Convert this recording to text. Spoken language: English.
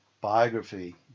biography